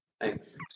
Thanks